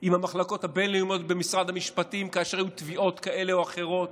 עם המחלקות הבין-לאומיות במשרד המשפטים כאשר היו תביעות כאלה או אחרות.